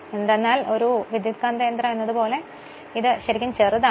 കാരണം ഒരു ട്രാൻസ്ഫോമർ എന്നതുപോലെ ഇതു യഥാർഥത്തിൽ വളരെ ചെറുതാണ്